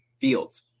Fields